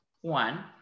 One